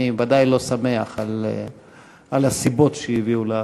אני ודאי לא שמח על הסיבות שהביאו להחלטה.